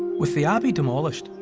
with the abbey demolished,